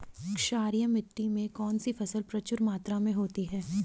क्षारीय मिट्टी में कौन सी फसल प्रचुर मात्रा में होती है?